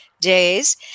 days